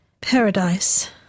Paradise